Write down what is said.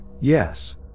yes